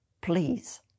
Please